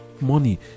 Money